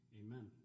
amen